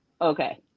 okay